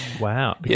Wow